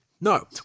No